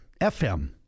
FM